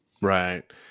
right